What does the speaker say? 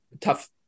tough